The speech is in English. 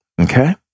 okay